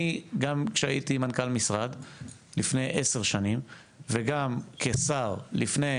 גם כשהייתי מנכ"ל משרד כעשר שנים וגם כשר לפני